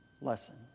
lesson